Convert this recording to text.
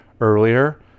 earlier